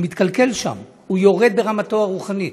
הוא מתקלקל שם, הוא יורד ברמתו הרוחנית.